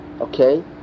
Okay